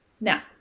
Now